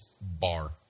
bar